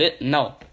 no